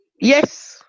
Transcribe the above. Yes